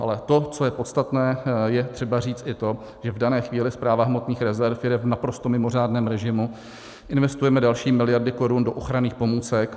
Ale to, co je podstatné, je třeba říci i to, že v dané chvíli Správa hmotných rezerv jede v naprosto mimořádném režimu, investujeme další miliardy korun do ochranných pomůcek.